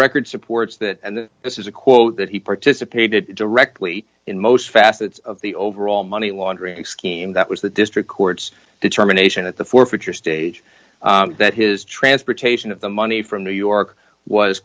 record supports that and that this is a quote that he participated directly in most facets of the overall money laundering scheme that was the district court's determination at the forfeiture stage that his transportation of the money from new york was